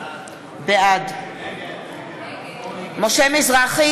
נגד מרב מיכאלי,